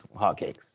hotcakes